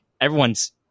everyone's